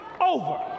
over